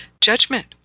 judgment